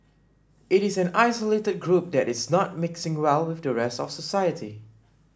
it is an isolated group that is not mixing well with the rest of society